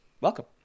welcome